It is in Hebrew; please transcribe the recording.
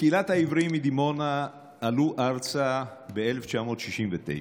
קהילת העבריים מדימונה עלו ארצה ב-1969,